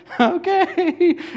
Okay